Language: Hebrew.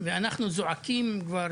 כבר